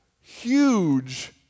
huge